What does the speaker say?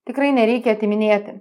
tikrai nereikia atiminėti